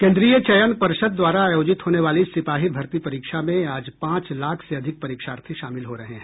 केन्द्रीय चयन पर्षद द्वारा आयोजित होने वाली सिपाही भर्ती परीक्षा में आज पांच लाख से अधिक परीक्षार्थी शामिल हो रहे हैं